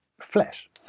flesh